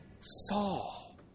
Saul